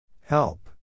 Help